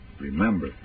remember